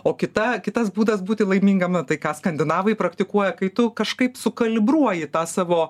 o kita kitas būdas būti laimingam tai ką skandinavai praktikuoja kai tu kažkaip sukalibruoji tą savo